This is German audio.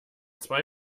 zwei